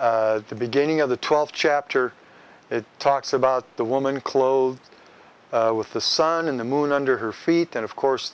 the beginning of the twelve chapter it talks about the woman clothed with the sun in the moon under her feet and of course